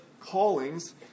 callings